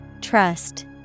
Trust